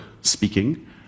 speaking